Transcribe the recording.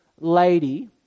lady